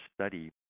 study